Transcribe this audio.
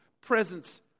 presence